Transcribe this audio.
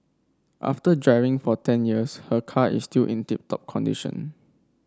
after driving for ten years her car is still in tip top condition